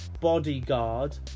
Bodyguard